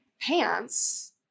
pants